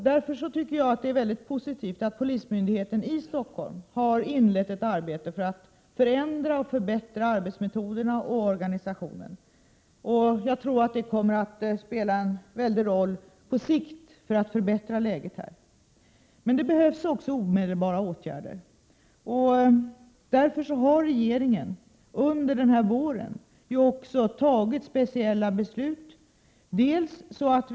Därför tycker jag att det är mycket positivt att polismyndigheten i Stockholm har inlett ett arbete för att förändra och förbättra arbetsmetoderna och organisationen, och jag tror att det på sikt kommer att spela en stor roll för att förbättra läget. Men det behövs också mera omedelbara åtgärder. Regeringen har under våren fattat några beslut av det slaget.